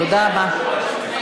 תודה רבה.